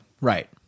right